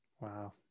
Wow